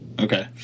Okay